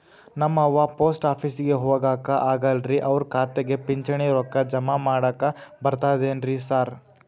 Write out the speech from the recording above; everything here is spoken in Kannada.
ನಮ್ ಅವ್ವ ಪೋಸ್ಟ್ ಆಫೇಸಿಗೆ ಹೋಗಾಕ ಆಗಲ್ರಿ ಅವ್ರ್ ಖಾತೆಗೆ ಪಿಂಚಣಿ ರೊಕ್ಕ ಜಮಾ ಮಾಡಾಕ ಬರ್ತಾದೇನ್ರಿ ಸಾರ್?